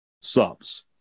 Subs